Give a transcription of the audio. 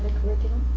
curriculum?